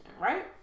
right